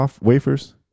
wafers